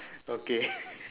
okay